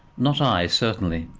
not i, certainly,